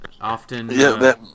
Often